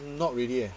not really eh